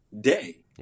day